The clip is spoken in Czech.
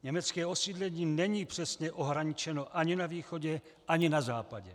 Německé osídlení není přesně ohraničeno ani na východě, ani na západě.